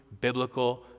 biblical